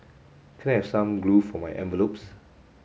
can I have some glue for my envelopes